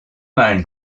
main